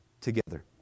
together